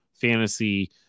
fantasy